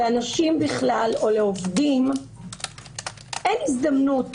לאנשים בכלל ולעובדים אין הזדמנות